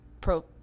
pro